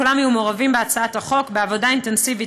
כולם היו מעורבים בהצעת החוק בעבודה אינטנסיבית